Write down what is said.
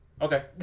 Okay